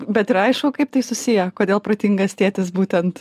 bet ir aišku kaip tai susiję kodėl protingas tėtis būtent